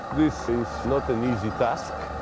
this is not an easy task.